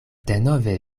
denove